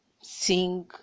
sing